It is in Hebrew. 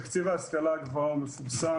תקציב ההשכלה הגבוהה הוא מפורסם,